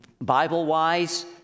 Bible-wise